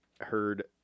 heard